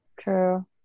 True